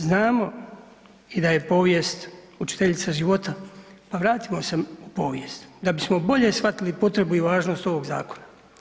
Znamo i da je povijest učiteljica života, pa vratimo se povijesti da bismo bolje shvatili potrebu i važnost ovog zakona.